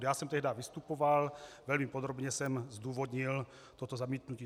Já jsem tehdy vystupoval a velmi podrobně jsem zdůvodnil toto zamítnutí.